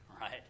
right